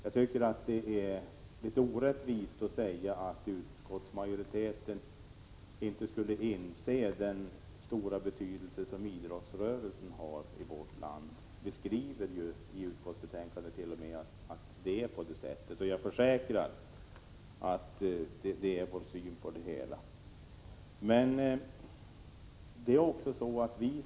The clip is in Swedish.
Jag tycker att det är litet orättvist att säga att utskottsmajoriteten inte skulle inse den stora betydelse som idrottsrörelsen har i vårt land. Vi skriver i utskottsbetänkandet t.o.m. att det är på det sättet, och jag försäkrar att det är vår syn på det hela.